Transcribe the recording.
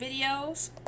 videos